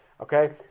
Okay